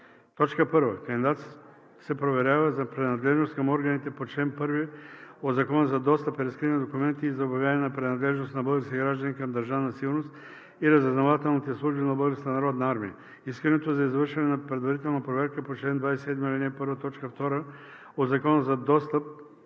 армия. 1. Кандидатът се проверява за принадлежност към органите по чл. 1 от Закона за достъп и разкриване на документите и за обявяване на принадлежност на български граждани към Държавна сигурност и разузнавателните служби на Българската народна армия. Искането за извършване на предварителна проверка по чл. 27, ал. 1, т. 2 от Закона за достъп